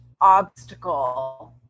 obstacle